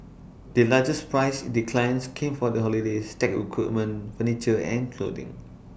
the largest price declines came for holidays tech equipment furniture and clothing